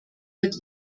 wird